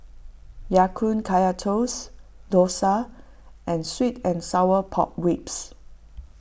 Ya Kun Kaya Toast Dosa and Sweet and Sour Pork Ribs